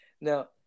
Now